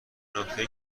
نکته